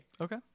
Okay